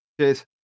Cheers